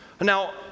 Now